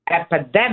epidemic